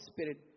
Spirit